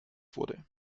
wurde